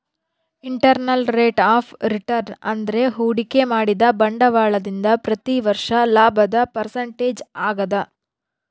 internal rate of return ಅಂದ್ರೆ ಹೂಡಿಕೆ ಮಾಡಿದ ಬಂಡವಾಳದಿಂದ ಪ್ರತಿ ವರ್ಷ ಲಾಭದ ಪರ್ಸೆಂಟೇಜ್ ಆಗದ